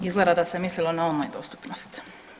Izgleda da se mislilo na online dostupnost.